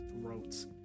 throats